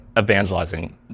evangelizing